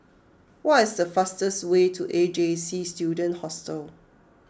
what is the fastest way to A J C Student Hostel